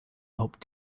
hoped